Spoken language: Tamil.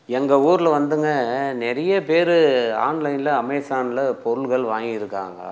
எங்கள் ஊரில் வந்துங்க நிறைய பேர் ஆன்லைனில் அமேசானில் பொருள்கள் வாங்கிருக்காங்க